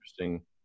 interesting